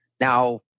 Now